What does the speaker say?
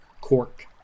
cork